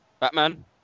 Batman